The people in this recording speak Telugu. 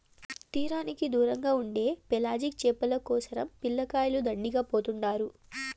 తీరానికి దూరంగా ఉండే పెలాజిక్ చేపల కోసరం పిల్లకాయలు దండిగా పోతుండారు